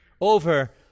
over